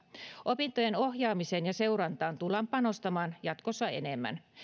opintojen ohjaamiseen ja seurantaan tullaan panostamaan jatkossa enemmän